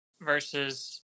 versus